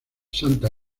santa